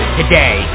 today